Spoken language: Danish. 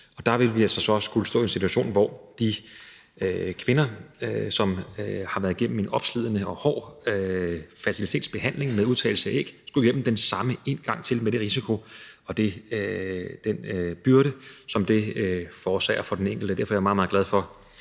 Der ville vi altså komme til at stå i en situation, hvor de kvinder, som har været igennem en opslidende og hård fertilitetsbehandling med udtagning af æg, skulle igennem den samme behandling en gang til med den risiko og den byrde, det ville indebære for den enkelte. Derfor er jeg meget, meget glad for,